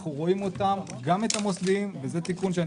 אנחנו רואים אותם גם את המוסדיים וזה תיקון שאני